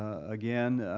again,